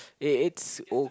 it it's O